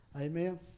Amen